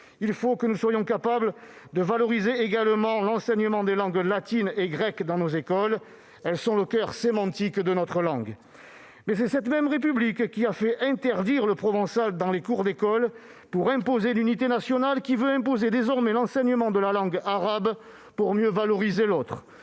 Il faut que nous soyons capables de valoriser également l'enseignement des langues latines et grecques dans nos écoles, car elles sont le coeur sémantique de notre langue. Mais c'est la même République qui a fait interdire le provençal dans les cours d'école pour imposer l'unité nationale, qui veut désormais imposer l'enseignement de la langue arabe pour mieux valoriser l'autre.